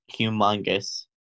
humongous